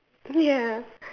ya